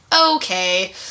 okay